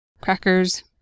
crackers